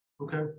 Okay